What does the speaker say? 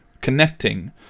connecting